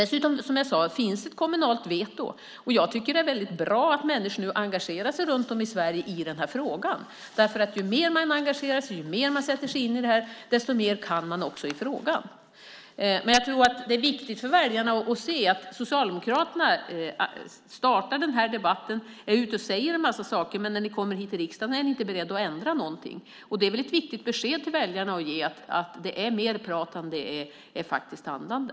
Som jag sade finns det dessutom ett kommunalt veto. Jag tycker att det är väldigt bra att människor runt om i Sverige nu engagerar sig i den här frågan. Ju mer man engagerar sig och ju mer man sätter sig in i detta, desto mer kan man också i frågan. Jag tror att det är viktigt för väljarna att se att Socialdemokraterna startar den här debatten och säger en massa saker, men när ni kommer hit till riksdagen är ni inte beredda att ändra någonting. Det är väl ett viktigt besked att ge till väljarna att det är mer prat än handlande.